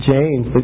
James